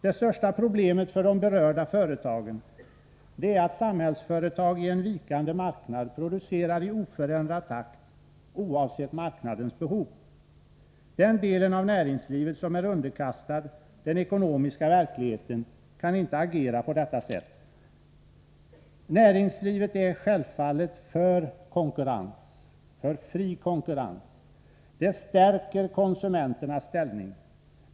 Det största problemet för de berörda företagen är att Samhällsföretag i en vikande marknad producerar i oförändrad takt oavsett marknadens behov. Den del av näringslivet som är underkastad den ekonomiska verkligheten kaninte agera på detta sätt. Näringslivet är självfallet för fri konkurrens—den stärker konsumenternas ställning.